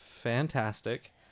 fantastic